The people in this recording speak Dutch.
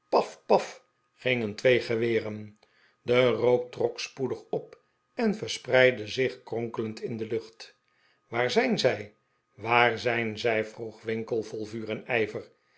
paf gingen twee geweren de rook trok spoedig op en verspreidde zich kronkelend in de lucht waar zijn zij waar zijn zij vroeg winkle vol vuur en ijver